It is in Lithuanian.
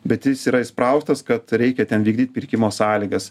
bet jis yra įspraustas kad reikia ten vykdyt pirkimo sąlygas